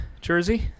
jersey